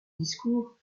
discours